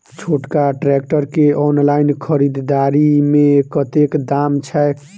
छोटका ट्रैक्टर केँ ऑनलाइन खरीददारी मे कतेक दाम छैक?